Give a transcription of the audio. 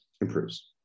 improves